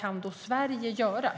kan då Sverige göra?